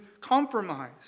compromise